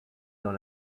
dans